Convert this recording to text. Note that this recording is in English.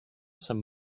some